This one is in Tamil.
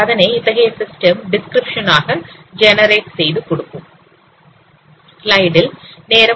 அதனை இத்தகைய சிஸ்டம் டிஸ்கிரிப்க்ஷன் ஆக ஜெனரேட் செய்து கொடுக்கும்